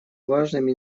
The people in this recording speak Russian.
важными